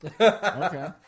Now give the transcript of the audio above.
Okay